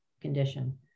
condition